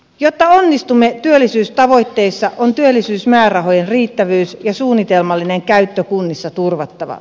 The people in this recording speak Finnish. jotta onnistumme työllisyystavoitteissa on työllisyysmäärärahojen riittävyys ja suunnitelmallinen käyttö kunnissa turvattava